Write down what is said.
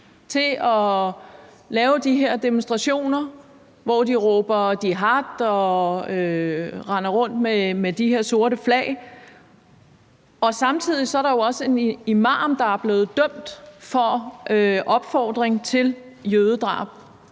til at lave de her demonstrationer, hvor de råber jihad og render rundt med de her sorte flag. Samtidig er der jo også en imam, der er blevet dømt for opfordring til jødedrab.